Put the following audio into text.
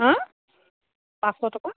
হাঁ পাঁচশ টকা